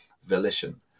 volition